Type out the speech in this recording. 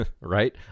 right